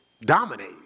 dominate